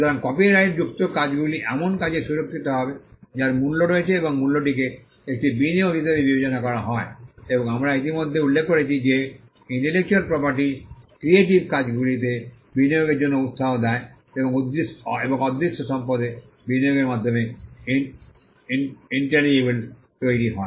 সুতরাং কপিরাইটযুক্ত কাজগুলি এমন কাজের সুরক্ষিত হবে যার মূল্য রয়েছে এবং মূল্যটিকে একটি বিনিয়োগ হিসাবে বিবেচনা করা হয় এবং আমরা ইতিমধ্যে উল্লেখ করেছি যে একটি ইন্টেলেকচ্যুয়াল প্রপার্টি ক্রিয়েটিভ কাজগুলিতে বিনিয়োগের জন্য উত্সাহ দেয় এবং অদৃশ্য সম্পদে বিনিয়োগের মাধ্যমে ইন্টেজেবলস তৈরি হয়